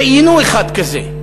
ראינו אחד כזה,